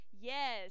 Yes